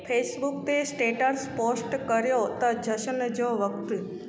Facebook ते status post कयो त जशन जो वक़्तु